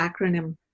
acronym